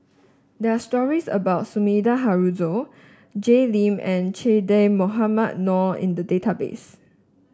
there are stories about Sumida Haruzo Jay Lim and Che Dah Mohamed Noor in the database